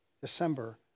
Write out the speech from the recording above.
December